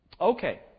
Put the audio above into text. Okay